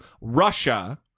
Russia